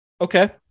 Okay